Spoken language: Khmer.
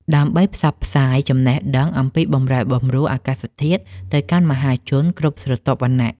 ដើម្បីផ្សព្វផ្សាយចំណេះដឹងអំពីបម្រែបម្រួលអាកាសធាតុទៅកាន់មហាជនគ្រប់ស្រទាប់វណ្ណៈ។